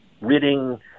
ridding